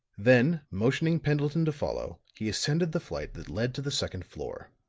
then motioning pendleton to follow, he ascended the flight that led to the second floor.